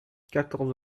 quatorze